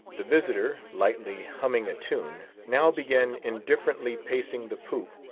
the visitor, lightly humming a tune, now began indifferently pacing the poop,